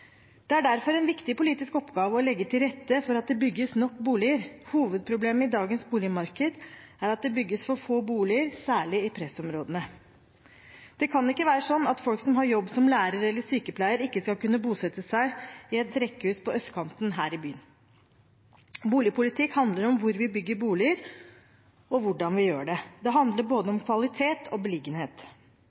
Det er derfor en viktig politisk oppgave å legge til rette for at det bygges nok boliger. Hovedproblemet i dagens boligmarked er at det bygges for få boliger, særlig i pressområdene. Det kan ikke være sånn at folk som har jobb som lærer eller sykepleier, ikke skal kunne bosette seg i et rekkehus på østkanten her i byen. Boligpolitikk handler om hvor vi bygger boliger, og hvordan vi gjør det. Det handler om både kvalitet og beliggenhet.